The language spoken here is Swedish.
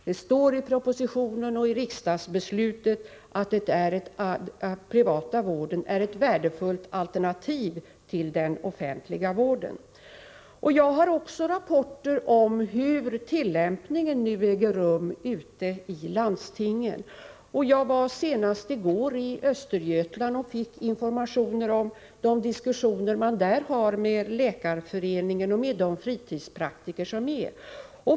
Det står i propositionen och i riksdagsbeslutet att den privata vården utgör ett värdefullt 23 Jag har också fått rapporter om tillämpningen ute i landstingen. Jag var senast i går i Östergötland och fick information om diskussioner som förs mellan läkarföreningen och fritidspraktikerna.